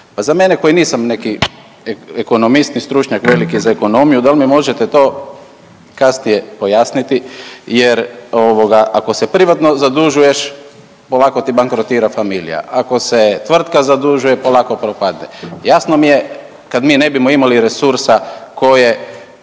za mene koji nisam neki ekonomist ni stručnjak za ekonomiju, da li mi možete to kasnije pojasniti jer ako se privatno zadužuješ ovako ti bankrotira familija, ako se tvrtka zadužuje polako propadne, jasno mi je kad mi ne bimo imali resursa koje